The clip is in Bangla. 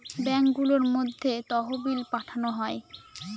ব্যাঙ্কগুলোর মধ্যে তহবিল পাঠানো হয়